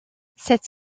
cette